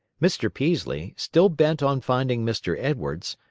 mr. peaslee, still bent on finding mr. edwards,